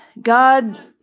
God